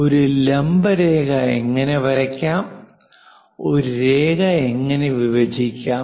ഒരു ലംബ രേഖ എങ്ങനെ വരയ്ക്കാം ഒരു രേഖ എങ്ങനെ വിഭജിക്കാം